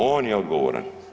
On je odgovoran.